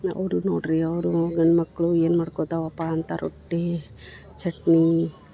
ಅವರು ನೋಡ್ರಿ ಅವರು ಗಂಡ ಮಕ್ಕಳು ಏನು ಮಾಡ್ಕೊತಾವಪ್ಪ ಅಂತ ರೊಟ್ಟಿ ಚಟ್ನೀ